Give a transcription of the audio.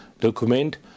document